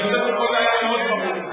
אני חושב שפה זה היה מאוד ברור.